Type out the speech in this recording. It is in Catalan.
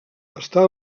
està